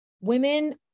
Women